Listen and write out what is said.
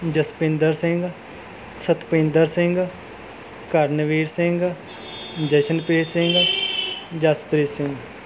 Jaspinder Singh Satpinder Singh Karanveer Singh Jashanpreet Singh Jaspreet Singh